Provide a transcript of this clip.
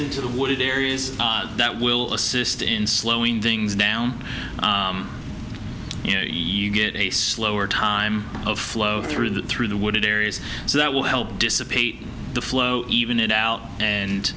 into the wooded areas that will assist in slowing things down you get a slower time of flow through the through the wooded areas so that will help dissipate the flow even it out and